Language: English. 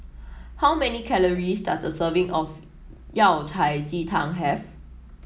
how many calories does a serving of Yao Cai Ji Tang have